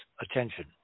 attention